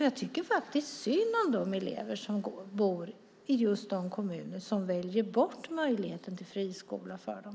Jag tycker faktiskt synd om de elever som bor i just de kommuner som väljer bort möjligheten till friskola för dem.